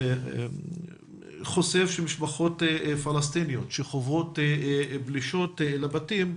חושף שמשפחות פלסטיניות שחוות פלישות לבתים,